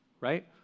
right